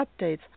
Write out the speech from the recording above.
updates